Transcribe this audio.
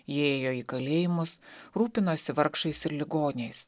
ji ėjo į kalėjimus rūpinosi vargšais ir ligoniais